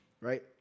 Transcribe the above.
Right